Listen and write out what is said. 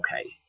okay